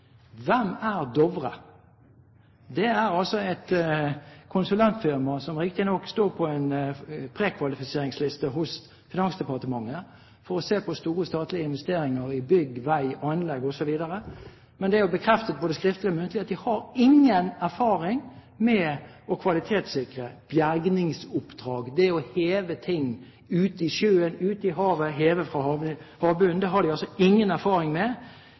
Hvem er Dovre? Det er altså et konsulentfirma, som riktignok står på en prekvalifiseringsliste hos Finansdepartementet for å se på store statlige investeringer i bygg, vei, anlegg osv. Men det er bekreftet både skriftlig og muntlig at de har ingen erfaring med å kvalitetssikre bergingsoppdrag. Det å heve ting ute i sjøen, ute i havet, heve fra havbunnen, har de altså ingen erfaring med.